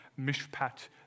mishpat